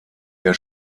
der